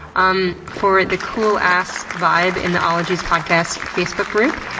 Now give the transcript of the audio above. um for the cool-ass vibe in the ologies podcast facebook group.